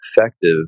effective